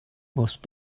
must